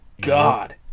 god